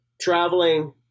traveling